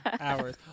hours